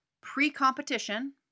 Pre-competition